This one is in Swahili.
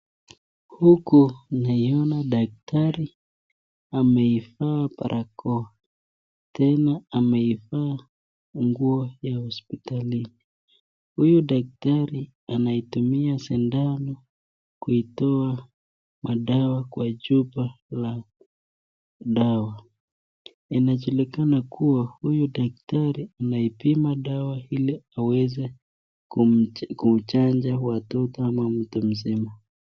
Huku naiona daktari ameivaa barakoa tena ameivaa nguo ya hospitalini . Huyu dakatari anaitumia sindano kuitoa madawa kwa chupa la dawa . Inajulikana kuwa huyu daktari anaipima dawa ili aweze kuchanja watoto ama mtu mzima .